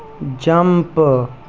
jump